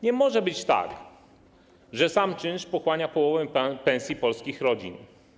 Nie może być tak, że sam czynsz pochłania połowę pensji polskich rodzin.